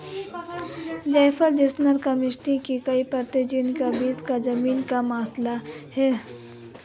जायफल genus Myristica की कई प्रजातियों का बीज या जमीन का मसाला है